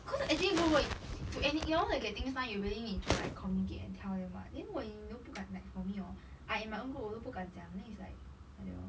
because actually group work to any in order to get things now you really need to like communicate and tell them [what] then 我 you know 不敢 for me orh I in my own group also 不敢讲 then it's like like that lor